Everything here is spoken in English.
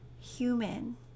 human